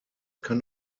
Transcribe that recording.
kann